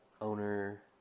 owner